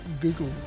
Google